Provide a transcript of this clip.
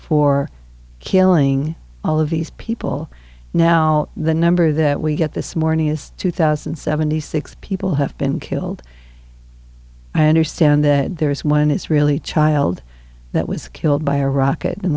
for killing all of these people now the number that we get this morning is two thousand and seventy six people have been killed i understand that there is one israeli child that was killed by a rocket